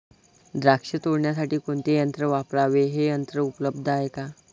द्राक्ष तोडण्यासाठी कोणते यंत्र वापरावे? हे यंत्र उपलब्ध आहे का?